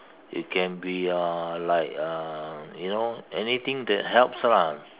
it can be uh like uh you know anything that helps lah